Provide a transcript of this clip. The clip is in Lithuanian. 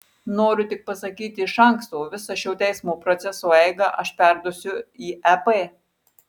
noriu tik pasakyti iš anksto visą šio teismo proceso eigą aš perduosiu į ep